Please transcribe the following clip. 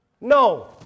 No